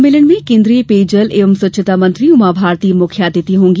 सम्मेलन में केन्द्रीय पेयजल एवं स्वच्छता मंत्री उमा भारती मुख्य अतिथि होंगी